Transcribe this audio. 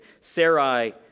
Sarai